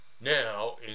now